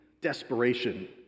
desperation